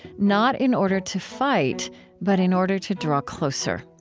not in order to fight but in order to draw closer.